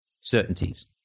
certainties